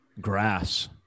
Grass